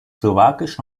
slowakisch